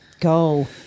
go